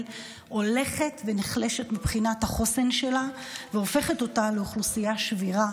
הולכת ונחלשת מבחינת החוסן שלה והופכת לאוכלוסייה שבירה,